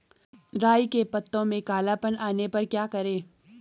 राई के पत्तों में काला पन आने पर क्या करें?